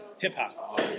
Hip-hop